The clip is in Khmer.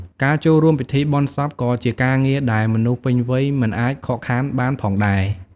ការចូលរួមពិធីបុណ្យសពក៏ជាការងារដែលមនុស្សពេញវ័យមិនអាចខកខានបានផងដែរ។